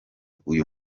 uyu